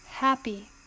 happy